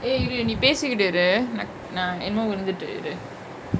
eh இரு நீ பேசிகிட்டு இரு:iru nee pesikittu iru nak~ நா என்னமோ விழுந்துட்டு இரு:na ennamo vilunthutu iru